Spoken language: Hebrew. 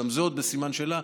גם זה עוד בסימן שאלה,